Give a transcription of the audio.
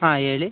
ಹಾಂ ಹೇಳಿ